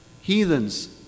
heathens